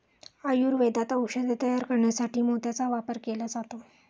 आयुर्वेदात औषधे तयार करण्यासाठी मोत्याचा वापर केला जातो